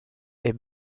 est